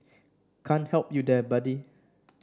can't help you there buddy